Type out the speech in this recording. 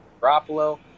Garoppolo